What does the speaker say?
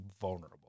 vulnerable